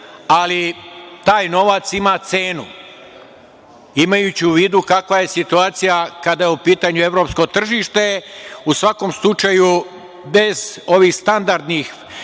ali taj novac ima cenu, imajući u vidu kakva je situacija kada je u pitanju evropsko tržište. U svakom slučaju bez ovih standardnih